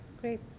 Great